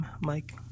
mike